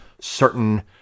certain